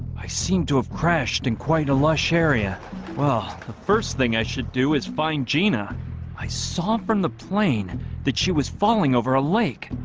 i seem to have crashed in quite a lush area well the first thing i should do is find gina i saw from the plane that she was falling over a lake.